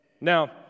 Now